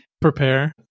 Prepare